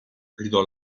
gridò